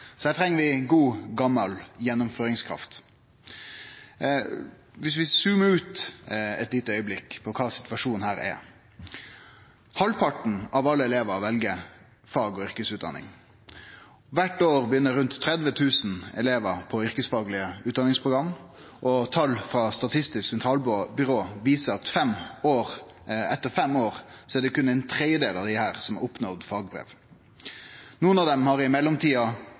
så her treng vi god, gamal gjennomføringskraft. Viss vi eit lite augeblikk zoomar ut på kva situasjonen her er: Halvparten av alle elevar vel fag- og yrkesutdanning. Kvart år begynner rundt 30 000 elevar på yrkesfaglege utdanningsprogram, og tal frå Statistisk sentralbyrå viser at det etter fem år berre er ein tredjedel av desse som har oppnådd fagbrev. Nokre av dei har i mellomtida